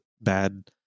bad